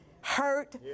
hurt